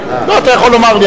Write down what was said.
מה שאתם רוצים.